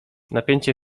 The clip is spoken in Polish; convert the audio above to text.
napięcie